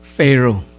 Pharaoh